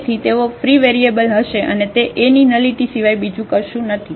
તેથી તેઓ free variable હશે અને તે A ની નલિટી સિવાય બીજું કશું નથી